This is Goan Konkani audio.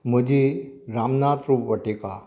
म्हजी रामनाथ फूल वाटिका